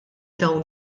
dawn